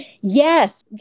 Yes